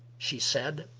she said,